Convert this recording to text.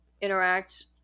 interact